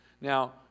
Now